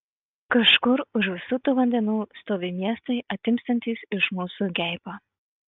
kažkur už visų tų vandenų stovi miestai atimsiantys iš mūsų geibą